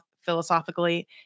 philosophically